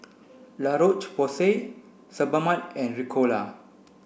La Roche Porsay Sebamed and Ricola